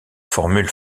formules